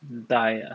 die ah